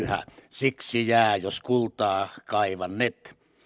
siksi jää jos kultaa kaivannet